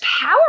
power